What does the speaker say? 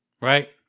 Right